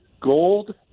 gold